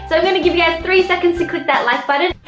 so i'm going to give you guys three seconds, to click that like button,